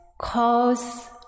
cause